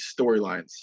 storylines